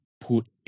put